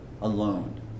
alone